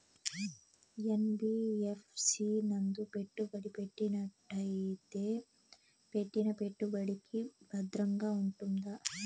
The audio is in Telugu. యన్.బి.యఫ్.సి నందు పెట్టుబడి పెట్టినట్టయితే పెట్టిన పెట్టుబడికి భద్రంగా ఉంటుందా?